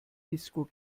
disco